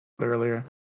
earlier